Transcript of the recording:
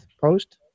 post